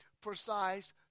precise